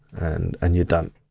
and and you're done.